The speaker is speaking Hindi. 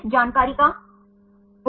किस माध्यम से